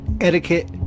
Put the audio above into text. etiquette